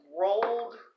rolled